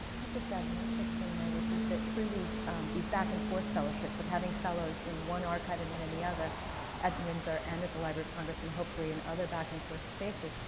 just add one quick thing there which is that through these these back and forth fellowships of having fellows in one archive and then in the other at windsor and at the library of congress and hopefully in other back and forth spaces,